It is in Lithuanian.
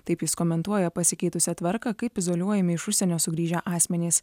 taip jis komentuoja pasikeitusią tvarką kaip izoliuojami iš užsienio sugrįžę asmenys